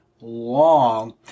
long